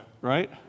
right